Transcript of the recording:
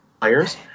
players